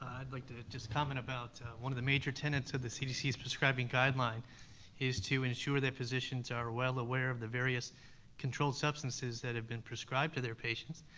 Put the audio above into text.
i'd like to just comment about one of the major tenants of the cdc's prescribing guideline is to ensure that physicians are well aware of the various controlled substances that have been prescribed to their patients.